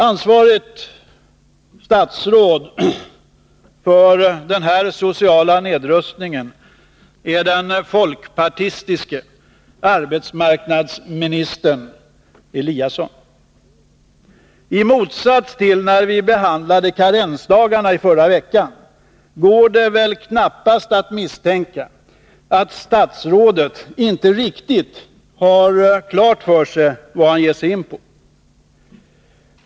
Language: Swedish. Ansvarigt statsråd när det gäller den här sociala nedrustningen är den folkpartistiske arbetsmarknadsministern Ingemar Eliasson. I motsats till vad som är fallet när vi diskuterade karensdagarna i förra veckan går det väl knappast att misstänka att statsrådet inte riktigt har klart för sig vad han nu ger sig in på.